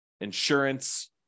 insurance